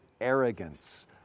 arrogance